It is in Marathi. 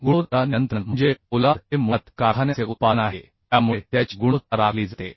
गुणवत्ता नियंत्रण म्हणजे पोलाद हे मुळात कारखान्याचे उत्पादन आहे त्यामुळे त्याची गुणवत्ता राखली जाते